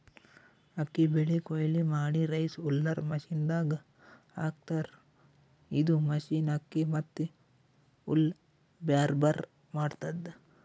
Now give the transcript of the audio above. ಅಕ್ಕಿ ಬೆಳಿ ಕೊಯ್ಲಿ ಮಾಡಿ ರೈಸ್ ಹುಲ್ಲರ್ ಮಷಿನದಾಗ್ ಹಾಕ್ತಾರ್ ಇದು ಮಷಿನ್ ಅಕ್ಕಿ ಮತ್ತ್ ಹುಲ್ಲ್ ಬ್ಯಾರ್ಬ್ಯಾರೆ ಮಾಡ್ತದ್